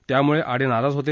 त्यामुळे आडे नाराज होते